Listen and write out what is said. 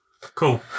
Cool